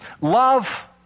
Love